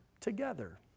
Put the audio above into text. together